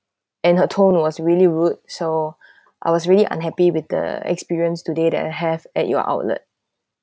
and her tone was really rude so I was really unhappy with the experience today that I have at your outlet